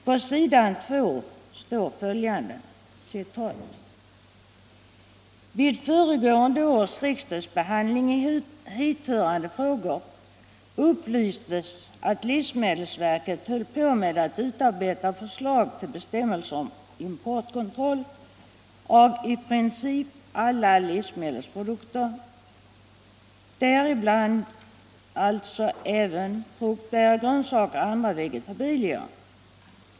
På s. 2 står följande: ”Vid föregående års riksdagsbehandling av hithörande frågor upplystes att livsmedelsverket höll på med att utarbeta förslag till bestämmelser om importkontroll av i princip alla livsmedelsprodukter, däribland alltså även frukt, bär och grönsaker och andra vegetabilier.